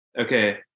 okay